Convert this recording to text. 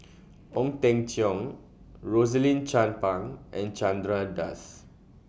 Ong Teng Cheong Rosaline Chan Pang and Chandra Das